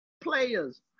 players